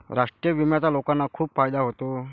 राष्ट्रीय विम्याचा लोकांना खूप फायदा होतो